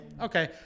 Okay